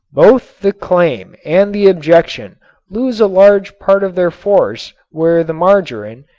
both the claim and the objection lose a large part of their force where the margarin,